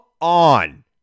on